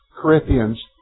Corinthians